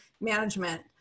management